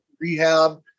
rehab